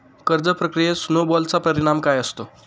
कर्ज प्रक्रियेत स्नो बॉलचा परिणाम काय असतो?